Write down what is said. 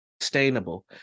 sustainable